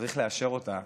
שצריך לאשר אותה